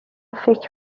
فکر